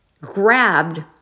grabbed